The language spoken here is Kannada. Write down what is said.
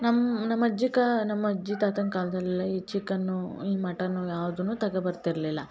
ನಮ್ಮ ನಮ್ಮ ಅಜ್ಜಿ ಕ ನಮ್ಮ ಅಜ್ಜಿ ತಾತನ ಕಾಲದಲ್ಲೆಲ್ಲ ಈ ಚಿಕನ್ನು ಈ ಮಟನ್ನು ಯಾವುದನ್ನೂ ತಗೊ ಬರ್ತಿರಲಿಲ್ಲ